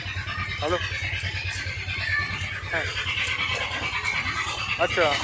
hello হ্যাঁ আচ্ছা